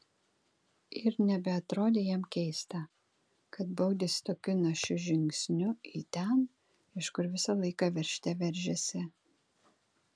ir nebeatrodė jam keista kad baudėsi tokiu našiu žingsniu į ten iš kur visą laiką veržte veržėsi